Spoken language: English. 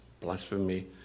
blasphemy